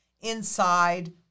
inside